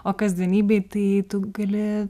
o kasdienybėj tai tu gali